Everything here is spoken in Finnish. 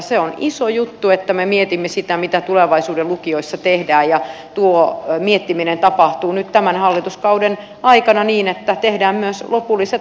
se on iso juttu että me mietimme sitä mitä tulevaisuuden lukioissa tehdään ja tuo miettiminen tapahtuu nyt tämän hallituskauden aikana niin että tehdään myös lopulliset ratkaisut